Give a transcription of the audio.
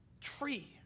tree